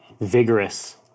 vigorous